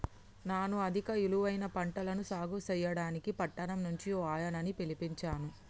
నాను అధిక ఇలువైన పంటలను సాగు సెయ్యడానికి పట్టణం నుంచి ఓ ఆయనని పిలిపించాను